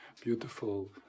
beautiful